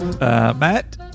Matt